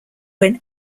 when